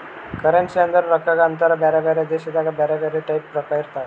currency ಅಂದುರ್ ರೊಕ್ಕಾಗ ಅಂತಾರ್ ಬ್ಯಾರೆ ಬ್ಯಾರೆ ದೇಶದಾಗ್ ಬ್ಯಾರೆ ಬ್ಯಾರೆ ಟೈಪ್ ರೊಕ್ಕಾ ಇರ್ತಾವ್